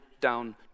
down